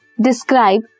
describe